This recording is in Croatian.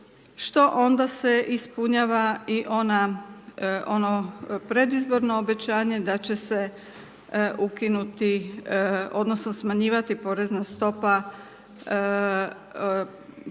što onda se ispunjava i ono predizborno obećanje da će se ukinuti, odnosno smanjivati porezna stopa poreza